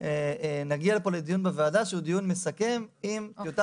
נגיע פה לדיון בוועדה שהוא דיון מסכם עם טיוטה